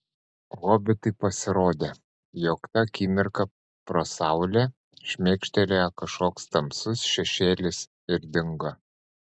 hobitui pasirodė jog tą akimirką pro saulę šmėkštelėjo kažkoks tamsus šešėlis ir dingo